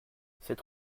cette